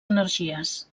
energies